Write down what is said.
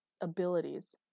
abilities